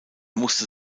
musste